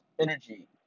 energy